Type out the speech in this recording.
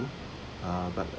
uh but